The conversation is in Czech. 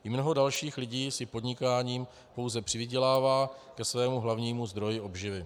I mnoho dalších lidí si podnikáním pouze přivydělává ke svému hlavnímu zdroji obživy.